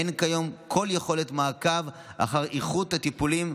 אין כיום כל יכולת מעקב על איכות הטיפולים,